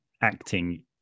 acting